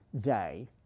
day